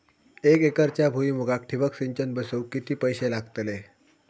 एक एकरच्या भुईमुगाक ठिबक सिंचन बसवूक किती पैशे लागतले?